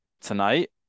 tonight